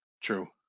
True